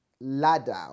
ladder